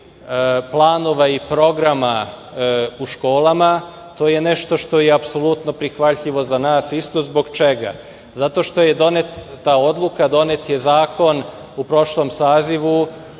planova i programa u školama. To je nešto što je apsolutno prihvatljivo za nas. Zbog čega? Zato što je doneta odluka, donet je zakon u prošlom sazivu